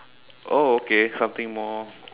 oh okay something more